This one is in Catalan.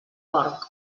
porc